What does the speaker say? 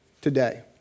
today